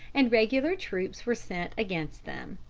and regular troops were sent against them.